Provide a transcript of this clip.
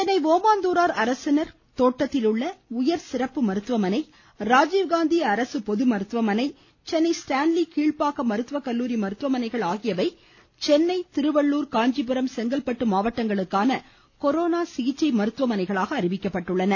சென்னை ஓமாந்தூரார் அரசினர் கோட்டத்தில் உள்ள உயர் சிறப்பு மருத்துவமனை ராஜீவ் காந்தி அரசு பொதுமருத்துவமனை சென்னை ஸ்டான்லி கீழ்பாக்கம் மருத்துவகல்லூரி மருத்துவமனைகள் ஆகியவை சென்னை திருவள்ளுர் காஞ்சிபுரம் செங்கல்பட்டு மாவட்டங்களுக்கான சிகிச்சை மருத்துவமனைகளாக அறிவிக்கப்பட்டுள்ளன